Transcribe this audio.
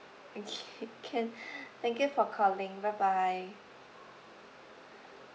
okay can thank you for calling bye bye